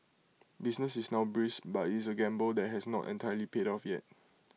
business is now brisk but IT is A gamble that has not entirely paid off yet